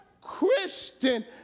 Christian